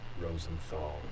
Rosenthal